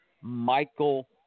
Michael